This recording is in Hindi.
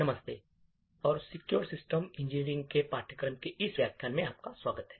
नमस्ते और सिक्योर सिस्टम इंजीनियरिंग के पाठ्यक्रम के इस व्याख्यान में आपका स्वागत है